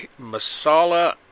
Masala